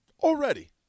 Already